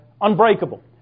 Unbreakable